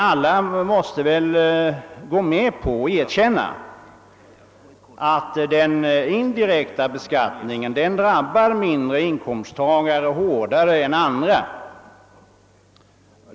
Alla måste väl erkänna att den indirekta beskattningen drabbar de mindre inkomsttagarna hårdare än övriga medborgare.